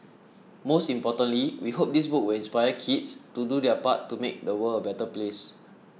most importantly we hope this book will inspire kids to do their part to make the world a better place